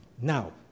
Now